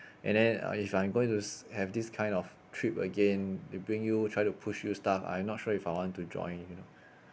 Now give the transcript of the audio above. and then uh if I'm going to have this kind of trip again they bring you try to push you stuff I'm not sure if I want to join you know